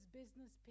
business